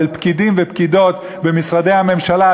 אצל פקידים ופקידות במשרדי הממשלה,